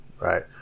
Right